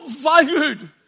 valued